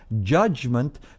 judgment